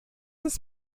uns